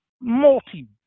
multi